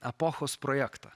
epochos projektą